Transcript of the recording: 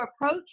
approach